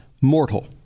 mortal